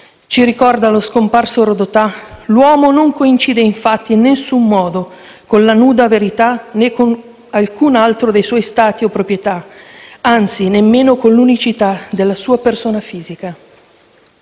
ci ricorda lo scomparso Rodotà: «L'uomo non coincide infatti in nessun modo con la nuda vita (...) né con alcun altro dei suoi stati o proprietà, anzi nemmeno con l'unicità della sua persona fisica».